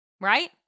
Right